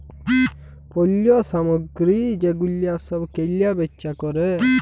পল্য সামগ্রী যে গুলা সব কেলা বেচা ক্যরে